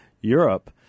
Europe